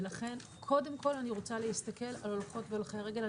לכן קודם כל אני רוצה להסתכל על הולכות והולכי הרגל.